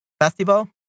Festival